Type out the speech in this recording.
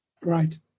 Right